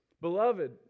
Beloved